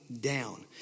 down